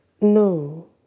No